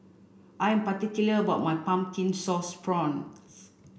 I'm particular about my Pumpkin Sauce Prawns